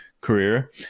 career